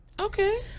okay